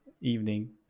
evening